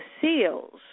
seals